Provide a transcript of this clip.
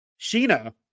Sheena